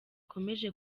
ikomeje